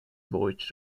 voyage